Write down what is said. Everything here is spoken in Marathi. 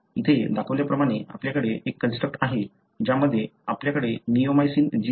येथे दाखवल्याप्रमाणे आपल्याकडे एक कंस्ट्रक्ट आहे ज्यामध्ये आपल्याकडे निओमायसिन जीन आहे